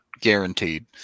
guaranteed